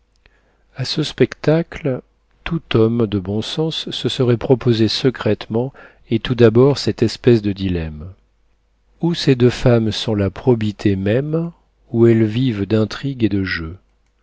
a ce spectacle tout homme de bon sens se serait proposé secrètement et tout d'abord cette espèce de dilemme ou ces deux femmes sont la probité même ou elles vivent d'intrigues et de jeu